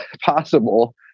possible